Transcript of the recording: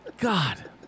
God